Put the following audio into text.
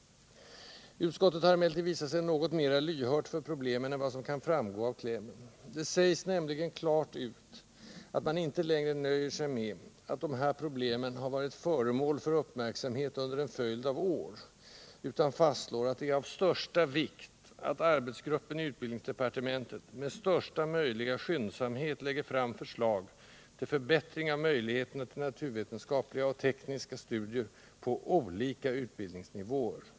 Utskottet har emellertid visat sig något mer lyhört för problemen än vad som kan framgå av klämmen. Det sägs nämligen klart ut att man inte längre nöjer sig med att de här problemen ”har varit föremål för uppmärksamhet under en följd av år”, utan fastslår ”att det är av största vikt” att arbetsgruppen i utbildningsdepartementet ”med största möjliga skyndsamhet lägger fram förslag till förbättring av möjligheterna till naturvetenskapliga och tekniska studier på olika utbildningsnivåer”.